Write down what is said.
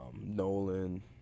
Nolan